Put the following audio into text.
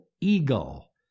eagle